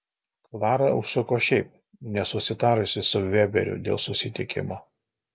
klara užsuko šiaip nesusitarusi su veberiu dėl susitikimo